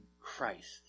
Christ